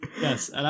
Yes